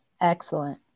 Excellent